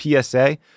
PSA